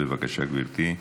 בבקשה, גברתי.